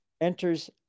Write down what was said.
enters